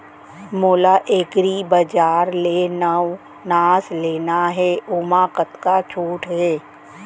मोला एग्रीबजार ले नवनास लेना हे ओमा कतका छूट हे?